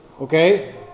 okay